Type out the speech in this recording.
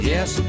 Yes